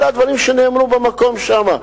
אלה הדברים שנאמרו במקום שם.